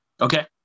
Okay